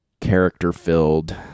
character-filled